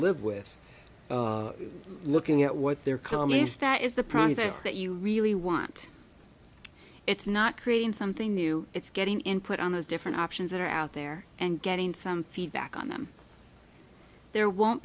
live with looking at what they're coming if that is the process that you really want it's not creating something new it's getting input on those different options that are out there and getting some feedback on them there won't